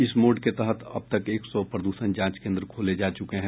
इस मोड के तहत अब तक एक सौ प्रद्षण जांच केन्द्र खोले जा चुके हैं